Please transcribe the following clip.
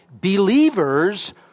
believers